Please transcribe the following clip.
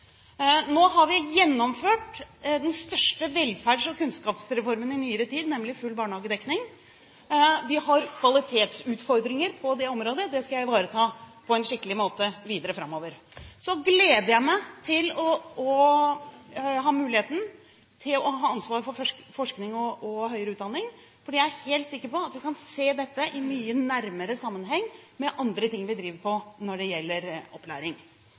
Nå har vi gjennomført den største velferds- og kunnskapsreformen i nyere tid, nemlig full barnehagedekning. Vi har kvalitetsutfordringer på det området, det skal jeg ivareta på en skikkelig måte videre framover. Jeg gleder meg til å ha muligheten til å ha ansvar for forskning og høyere utdanning, for jeg er helt sikker på at vi kan se dette i mye nærmere sammenheng med andre ting vi driver med når det gjelder opplæring.